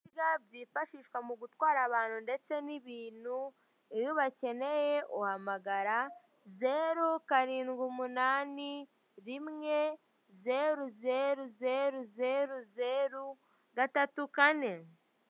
Ibinyabiziga byifashishwa mu gutwara abantu ndetse n'ibintu, iyo ubakeneye uhamagara zeru, karindwi, umunani, rimwe, zeru, zeru, zeru, zeru, zeru, gatatu, kane.